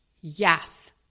Yes